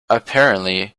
apparently